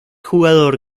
jugador